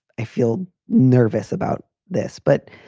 i feel nervous about this, but,